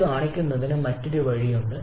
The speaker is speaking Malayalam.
ഇത് കാണിക്കുന്നതിന് മറ്റൊരു വഴിയുണ്ട്